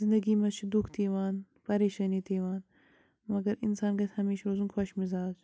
زِندگی منٛز چھِ دُکھ تہِ یِوان پریشٲنی تہِ یِوان مگر اِنسان گژھِ ہمیشہ روزُن خوش مِزاز